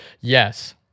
Yes